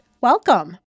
Welcome